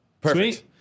Perfect